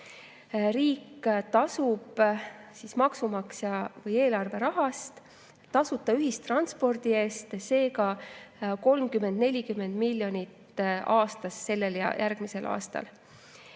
Riik tasub maksumaksja või eelarve rahast tasuta ühistranspordi eest seega 30–40 miljonit aastas, sellel ja järgmisel aastal.